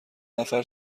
نفر